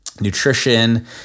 nutrition